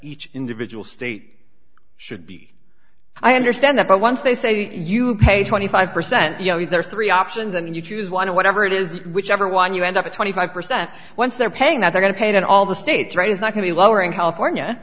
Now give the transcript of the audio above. each individual state should be i understand that but once they say you pay twenty five percent you know there are three options and you choose one of whatever it is whichever one you end up at twenty five percent once they're paying that's going to pay down all the states right it's not going to be lowering california